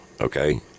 Okay